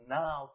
now